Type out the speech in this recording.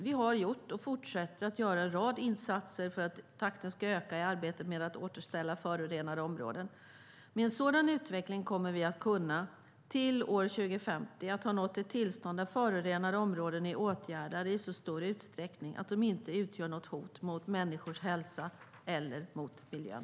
Vi har gjort, och fortsätter att göra, en rad insatser för att takten ska öka i arbetet med att återställa förorenade områden. Med en sådan utveckling kommer vi att till år 2050 kunna nå ett tillstånd där förorenade områden är åtgärdade i så stor utsträckning att de inte utgör något hot mot människors hälsa eller mot miljön.